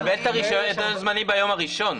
הוא מקבל את ההיתר הזמני ביום הראשון.